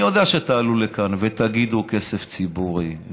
אני יודע שתעלו לכאן ותגידו: כסף ציבורי,